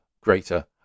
greater